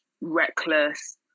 reckless